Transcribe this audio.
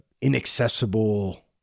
inaccessible